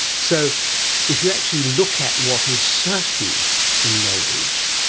so if you actually look at what is certain in knowledge,